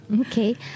okay